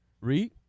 Read